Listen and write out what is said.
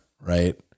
Right